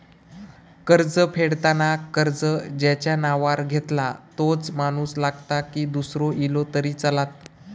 कर्ज फेडताना कर्ज ज्याच्या नावावर घेतला तोच माणूस लागता की दूसरो इलो तरी चलात?